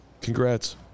Congrats